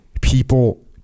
people